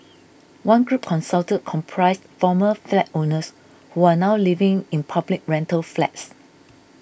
one group consulted comprised former flat owners who are now living in public rental flats